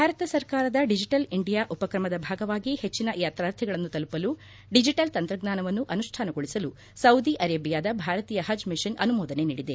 ಭಾರತ ಸರ್ಕಾರದ digital India ಉಪಕ್ರಮದ ಭಾಗವಾಗಿ ಹೆಚ್ಚಿನ ಯಾತ್ರಾರ್ಥಿಗಳನ್ನು ತಲುಪಲು ಡಿಜಿಟಲ್ ತಂತ್ರಜ್ಞಾನವನ್ನು ಅನುಷ್ಠಾನಗೊಳಿಸಲು ಸೌದಿ ಅರೇಬಿಯಾದ ಭಾರತೀಯ ಹಜ್ ಮಿಷನ್ ಅನುಮೋದನೆ ನೀಡಿದೆ